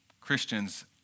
Christians